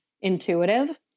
intuitive